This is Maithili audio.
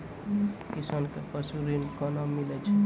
किसान कऽ पसु ऋण कोना मिलै छै?